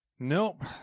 Nope